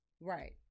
Right